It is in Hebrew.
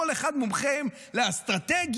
כל אחד מומחה לאסטרטגיה,